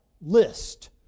list